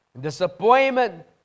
disappointment